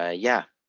ah yeah.